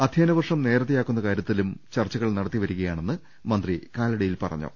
അധൃയന വർഷം നേരത്തെയാക്കുന്ന കാര്യത്തിലും ചർച്ചകൾ നടത്തി വരികയാണെന്ന് മന്ത്രി കാലടിയിൽ പറഞ്ഞു